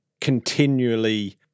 continually